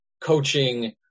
coaching